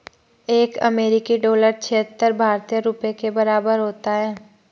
एक अमेरिकी डॉलर छिहत्तर भारतीय रुपये के बराबर होता है